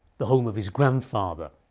the home of his grandfather.